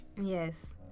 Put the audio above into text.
yes